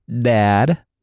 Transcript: dad